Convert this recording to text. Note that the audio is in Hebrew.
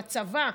בצבא,